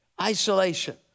isolation